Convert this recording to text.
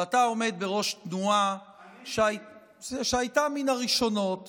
ואתה עומד בראש תנועה שהייתה מן הראשונות